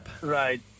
Right